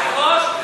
אדוני היושב-ראש,